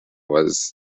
was